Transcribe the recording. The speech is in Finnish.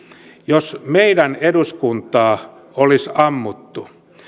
jos meidän eduskuntaa olisi ammuttu